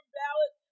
ballot